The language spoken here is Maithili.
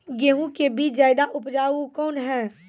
गेहूँ के बीज ज्यादा उपजाऊ कौन है?